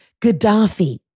Gaddafi